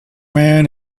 man